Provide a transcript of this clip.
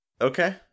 Okay